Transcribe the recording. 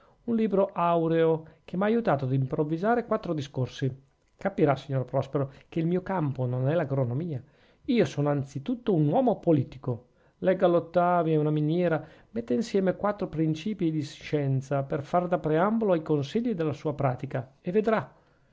un libro aureo che m'ha aiutato ad improvvisare quattro discorsi capirà signor prospero che il mio campo non è l'agronomia io sono anzi tutto un uomo politico legga l'ottavi è una miniera metta insieme quattro principii di scienza per far da preambolo ai consigli della sua pratica e vedrà